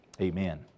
Amen